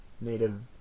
native